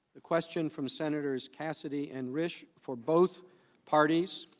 a question from senators cassidy and rish for both parties